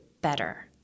better